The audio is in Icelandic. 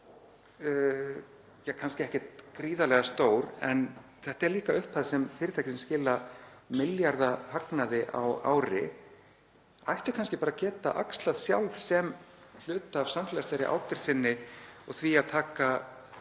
upphæð er kannski ekkert gríðarlega stór en þetta er líka upphæð sem fyrirtæki sem skila milljarðahagnaði á ári ættu kannski bara að geta axlað sjálf sem hluta af samfélagslegri ábyrgð sinni og því að taka